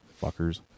fuckers